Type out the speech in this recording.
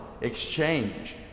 exchange